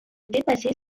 dépassé